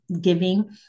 giving